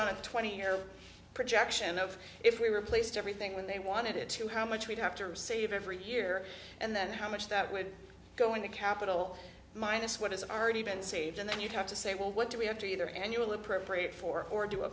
on a twenty year projection of if we were placed everything when they wanted it to how much we'd have to receive every year and how much that would go in the capital minus what has already been saved and then you'd have to say well what do we have to either annual appropriate for or do